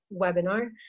webinar